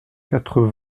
quatre